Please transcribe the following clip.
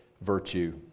virtue